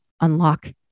Unlock